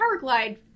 Powerglide